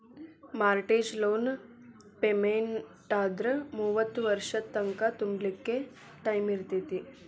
mortgage loan ಪೆಮೆನ್ಟಾದ್ರ ಮೂವತ್ತ್ ವರ್ಷದ್ ತಂಕಾ ತುಂಬ್ಲಿಕ್ಕೆ ಟೈಮಿರ್ತೇತಿ